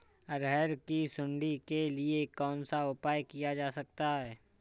अरहर की सुंडी के लिए कौन सा उपाय किया जा सकता है?